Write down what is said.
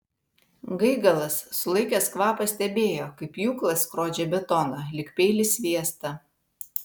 gaigalas sulaikęs kvapą stebėjo kaip pjūklas skrodžia betoną lyg peilis sviestą